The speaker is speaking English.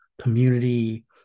community